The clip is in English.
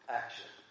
action